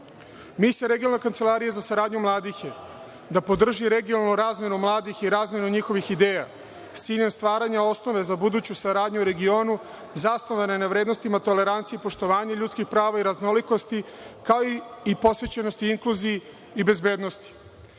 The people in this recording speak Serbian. regionalna kancelarija za saradnju mladih je da podrži regionalnu razmenu mladih i razmenu njihovih ideja, stvaranja osnove za buduću saradnju u regionu, zasnovane na vrednostima tolerancije i poštovanja ljudskih prava i raznolikosti, kao i posvećenosti i inkluziji i bezbednosti.